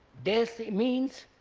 death means